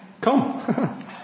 come